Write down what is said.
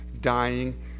dying